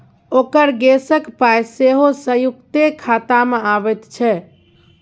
ओकर गैसक पाय सेहो संयुक्ते खातामे अबैत छै